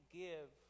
give